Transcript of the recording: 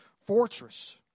fortress